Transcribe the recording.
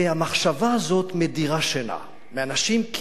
והמחשבה הזאת מדירה שינה מאנשים,